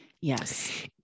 Yes